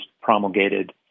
promulgated